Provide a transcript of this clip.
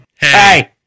Hey